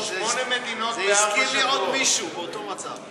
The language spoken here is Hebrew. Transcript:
זה הזכיר לי עוד מישהו באותו מצב.